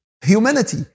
humanity